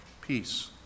peace